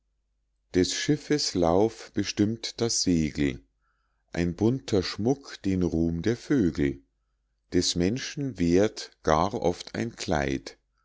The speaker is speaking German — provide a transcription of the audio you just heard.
des schiffes lauf bestimmt das segel ein bunter schmuck den ruhm der vögel des menschen werth gar oft ein kleid